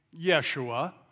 Yeshua